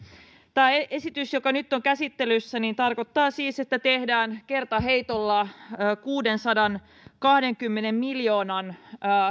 tämä esitys joka nyt on käsittelyssä tarkoittaa siis että tehdään kertaheitolla kuudensadankahdenkymmenen miljoonan